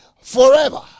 forever